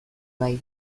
bai